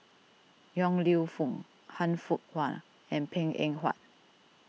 Yong Lew Foong Han Fook Kwang and Png Eng Huat